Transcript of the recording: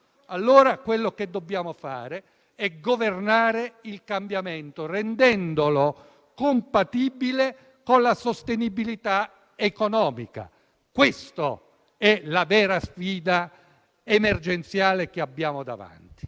Ciò che dunque dobbiamo fare è governare il cambiamento, rendendolo compatibile con la sostenibilità economica. Questa è la vera sfida emergenziale che abbiamo davanti.